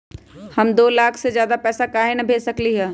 हम दो लाख से ज्यादा पैसा काहे न भेज सकली ह?